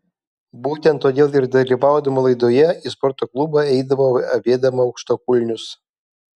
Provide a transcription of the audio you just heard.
būtent todėl ir dalyvaudama laidoje į sporto klubą eidavau avėdama aukštakulnius